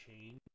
change